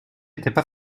étaient